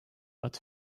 but